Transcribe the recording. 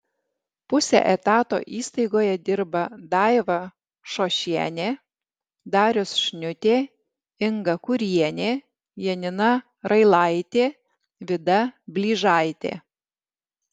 puse etato įstaigoje dirba daiva šošienė darius šniutė inga kiurienė janina railaitė vida blyžaitė